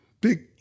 big